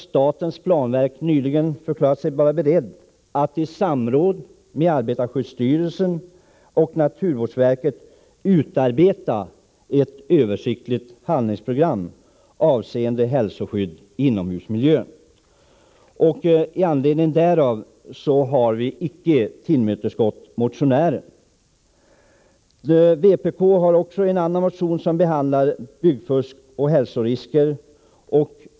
Statens planverk har nyligen förklarat sig berett att i samråd med arbetarskyddsstyrelsen och naturvårdsverket utarbeta ett översiktligt handlingsprogram avseende hälsoskydd i inomhusmiljön. I anledning därav har vi icke tillmötesgått motionskraven. Vpk har också en motion som behandlar byggfusk och hälsorisker.